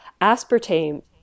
aspartame